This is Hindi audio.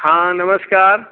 हाँ नमस्कार